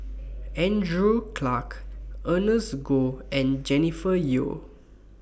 Andrew Clarke Ernest Goh and Jennifer Yeo